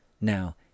Now